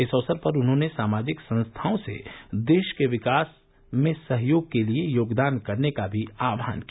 इस अवसर पर उन्होंने सामाजिक संस्थाओं से देश के विकास में सहयोग के लिए योगदान करने का भी आह्वान किया